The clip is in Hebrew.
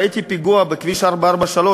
ראיתי פיגוע בכביש 443,